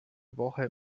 woche